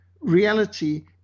reality